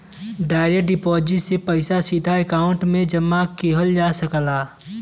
direct deposit से पइसा सीधे अकांउट में जमा किहल जा सकला